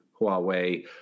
Huawei